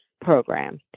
program